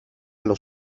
los